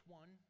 one